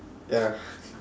ya